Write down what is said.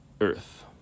Earth